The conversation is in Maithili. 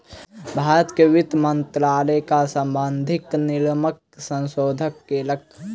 भारत के वित्त मंत्रालय कर सम्बंधित नियमक संशोधन केलक